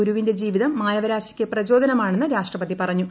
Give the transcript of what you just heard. ഗുരുവിന്റെ ജീവിതം മാനവരാശിക്ക് പ്രചോദനമാണെന്ന് രാഷ്ട്രപതി പറഞ്ഞു